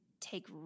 take